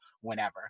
whenever